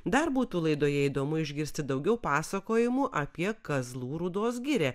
dar būtų laidoje įdomu išgirsti daugiau pasakojimų apie kazlų rūdos giria